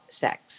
sex